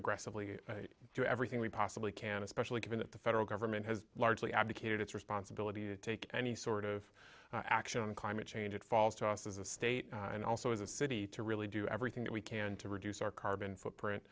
aggressively do everything we possibly can especially given that the federal government has largely abdicated its responsibility to take any sort of action on climate change it falls to us as a state and also as a city to really do everything that we can to reduce our carbon footprint